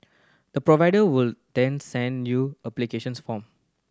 the provider will then send you applications form